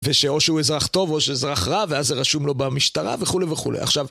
ושאו שהוא אזרח טוב או שהוא אזרח רע, ואז זה רשום לו במשטרה וכו' וכו', עכשיו...